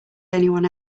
anyone